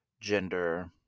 gender